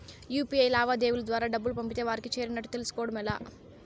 UPI లావాదేవీల ద్వారా డబ్బులు పంపితే వారికి చేరినట్టు తెలుస్కోవడం ఎలా?